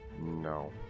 No